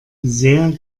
sehr